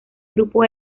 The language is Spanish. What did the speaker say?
grupo